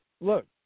look